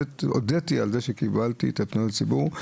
הודיתי על זה שקיבלתי את פניות הציבור.